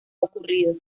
ocurrido